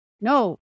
no